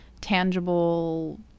tangible